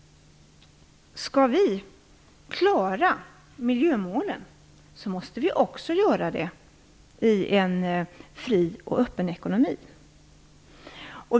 Skall vi klara miljömålen måste vi också ha en fri och öppen ekonomi.